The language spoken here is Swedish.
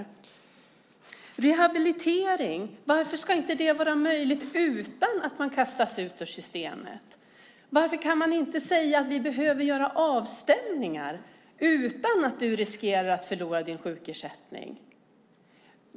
Varför ska det inte vara möjligt med rehabilitering utan att människor kastas ut ur systemet? Varför kan man inte säga att man behöver göra avstämningar utan att människor riskerar att förlora sin sjukersättning?